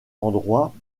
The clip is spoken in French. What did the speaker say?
endroits